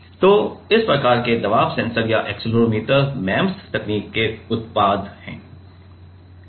तो इस प्रकार के दबाव सेंसर या एक्सेलेरोमीटर MEMS तकनीक के उत्पाद हैं